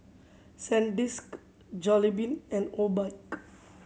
Sandisk Jollibean and Obike